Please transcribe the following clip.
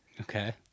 Okay